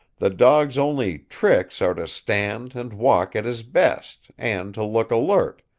the dog's only tricks are to stand and walk at his best, and to look alert,